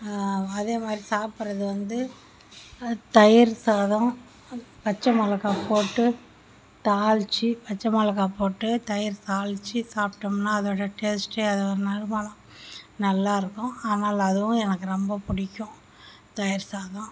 அதே மாதிரி சாப்பிட்றது வந்து அது தயிர் சாதம் பச்சை மிளகா போட்டு தாளித்து பச்சை மிளகா போட்டு தயிர் தாளித்து சாப்பிட்டோம்னா அதோடய டேஸ்ட்டே அது ஒரு நறுமணம் நல்லா இருக்கும் ஆனால் அதுவும் எனக்கு ரொம்ப பிடிக்கும் தயிர் சாதம்